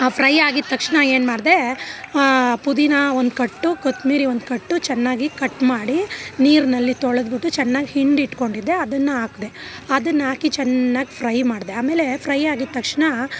ಆ ಫ್ರೈ ಆಗಿದ ತಕ್ಷಣ ಏನು ಮಾಡಿದೆ ಪುದೀನ ಒಂದು ಕಟ್ಟು ಕೊತ್ಮೀರಿ ಒಂದು ಕಟ್ಟು ಚೆನ್ನಾಗಿ ಕಟ್ ಮಾಡಿ ನೀರಿನಲ್ಲಿ ತೊಳೆದ್ಬಿಟ್ಟು ಚೆನ್ನಾಗ್ ಹಿಂಡಿ ಇಟ್ಕೊಂಡಿದ್ದೆ ಅದನ್ನು ಹಾಕ್ದೆ ಅದನ್ನಾಕಿ ಚೆನ್ನಾಗ್ ಫ್ರೈ ಮಾಡಿದೆ ಆಮೇಲೆ ಫ್ರೈ ಆಗಿದ ತಕ್ಷಣ